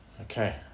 Okay